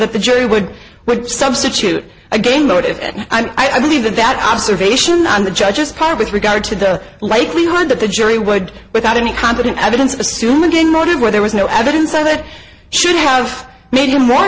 that the jury would would substitute again motive and i believe that that observation on the judge's part with regard to the likelihood that the jury would without any competent evidence assume again motive where there was no evidence and it should have made him more